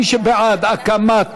מי שבעד הקמת